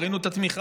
ראינו את התמיכה.